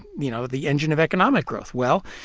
you know, the engine of economic growth? well,